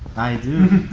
i do.